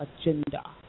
agenda